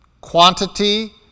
quantity